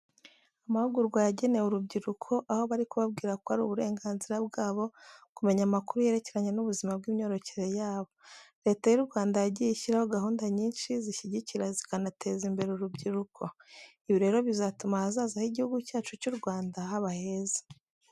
Amahugurwa yagenewe urubyiruko, aho bari kubabwira ko ari uburenganzira bwabo kumenya amakuru yerekeranye n'ubuzima bw'imyororokere yabo. Leta y'u Rwanda yagiye ishyiraho gahunda nyinshi zishyigikira zikanateza imbere urubyiruko. Ibi rero bizatuma ahazaza h'Igihugu cyacu cy'u Rwanda haba heza.